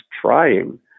trying